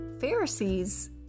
Pharisees